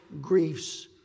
griefs